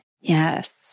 Yes